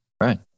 Right